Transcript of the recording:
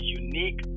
unique